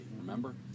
remember